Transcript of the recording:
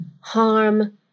harm